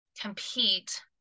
compete